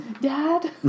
Dad